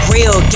Real